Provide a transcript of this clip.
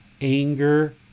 anger